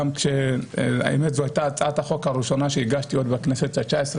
זאת הייתה הצעת החוק הראשונה שהגשתי עוד בכנסת ה-19,